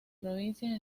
provincias